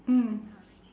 mm